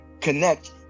connect